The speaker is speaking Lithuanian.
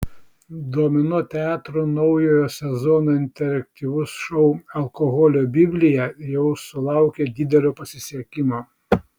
domino teatro naujojo sezono interaktyvus šou alkoholio biblija jau sulaukė didelio pasisekimo